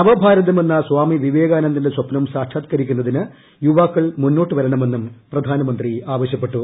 നവഭാരതമെന്ന സ്വാമി വിവേകാനന്ദന്റെ സ്വപ്നം സാക്ഷാത്ക്കരിക്കുന്നതിന് യുവാക്കൾ മുന്നോട്ട് വരണമെന്നും പ്രധാനമന്ത്രി ആവശ്ല്യപ്പെട്ടു